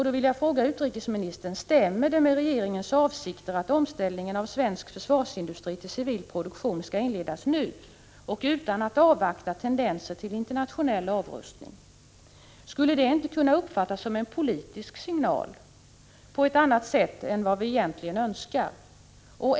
Då vill jag fråga utrikesministern: Stämmer det med regeringens avsikter att omställningen av svensk försvarsindustri till civil produktion skall inledas nu och utan att avvakta tendenser till internationell avrustning? Skulle det inte kunna uppfattas som en annan politisk signal än vi egentligen önskar?